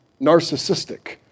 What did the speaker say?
narcissistic